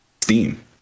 Steam